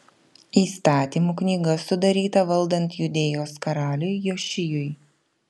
įstatymų knyga sudaryta valdant judėjos karaliui jošijui